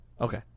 Okay